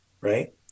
right